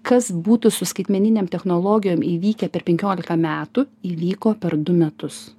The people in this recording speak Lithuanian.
kas būtų su skaitmeninėm technologijom įvykę per penkiolika metų įvyko per du metus